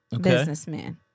businessman